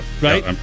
Right